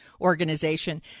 Organization